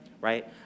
Right